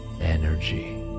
energy